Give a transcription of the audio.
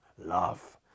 love